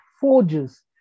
forges